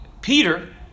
Peter